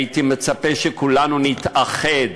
הייתי מצפה שכולנו נתאחד